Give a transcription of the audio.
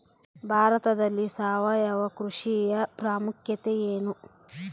ಭಾರತದಲ್ಲಿ ಸಾವಯವ ಕೃಷಿಯ ಪ್ರಾಮುಖ್ಯತೆ ಎನು?